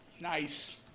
Nice